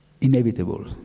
inevitable